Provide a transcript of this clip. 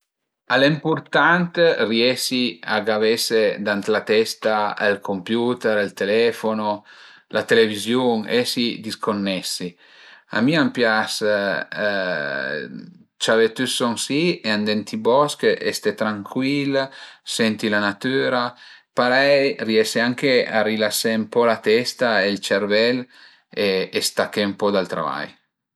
Al e ëmpurtant riesi a gavese da la testa ël computer, ël telefono, la televiziun, esi disconnessi, a mi a m'pias ciavé tüt son si e andé ënt i bosch e ste trancuil, senti la natüra, parei riese anche a rilasé ën po la testa e ël cervel e staché ën po dal travai